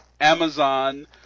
Amazon